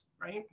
right